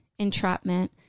entrapment